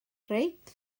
reit